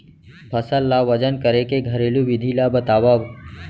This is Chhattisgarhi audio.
फसल ला वजन करे के घरेलू विधि ला बतावव?